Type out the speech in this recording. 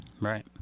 Right